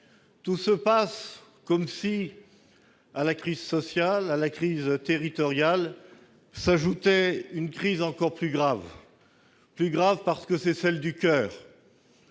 Tout se passe comme si, à la crise sociale, à la crise territoriale, s'ajoutait une crise encore plus grave. Plus grave, parce que c'est celle du coeur,